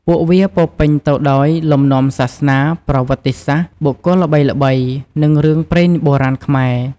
ពួកវាពោរពេញទៅដោយ លំនាំសាសនា ប្រវត្តិសាស្ត្រ បុគ្គលល្បីៗ និងរឿងព្រេងបុរាណខ្មែរ។